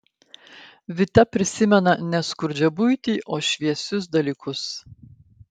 vita prisimena ne skurdžią buitį o šviesius dalykus